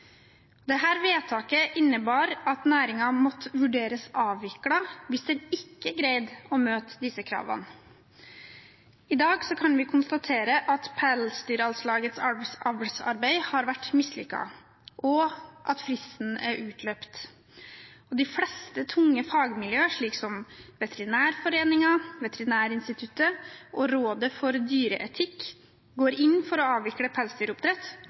vedtaket innebar at næringen måtte vurderes avviklet hvis den ikke greide å møte disse kravene. I dag kan vi konstatere at Pelsdyralslagets avlsarbeid har vært mislykket, og at fristen er utløpt. De fleste tunge fagmiljøer, som Veterinærforeningen, Veterinærinstituttet og Rådet for dyreetikk, går inn for å avvikle pelsdyroppdrett